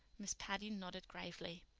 miss patty nodded gravely.